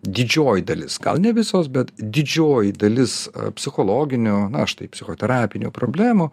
didžioji dalis gal ne visos bet didžioji dalis psichologinių na štai psichoterapinių problemų